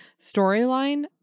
storyline